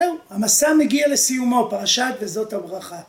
המסע מגיע לסיומו פרשת וזאת הברכה